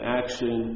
action